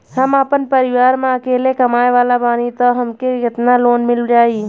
हम आपन परिवार म अकेले कमाए वाला बानीं त हमके केतना लोन मिल जाई?